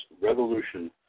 Revolution